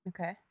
Okay